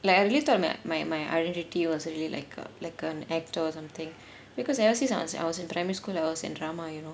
atleast I'm ma~ my my identity wasn't really like uh like an act or something because ever since I wa~ I was in primary school levels in drama you know